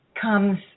comes